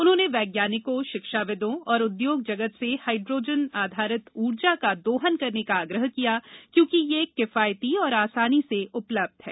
उन्होंने वैज्ञानिकों शिक्षाविदों और उद्योग जगत से हाइड्रोजन आधारित ऊर्जा का दोहन करने का आग्रह किया क्योंकि यह एक किफायती और आसानी से उपलब्ध है